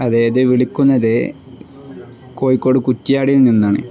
അതായത് വിളിക്കുന്നത് കോഴിക്കോട് കുറ്റിയാടിയിൽ നിന്നാണ്